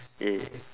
yeah